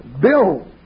Bill